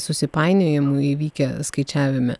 susipainiojimų įvykę skaičiavime